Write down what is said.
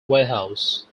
warehouse